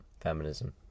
feminism